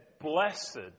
Blessed